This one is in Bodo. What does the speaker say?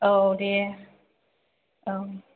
औ दे औ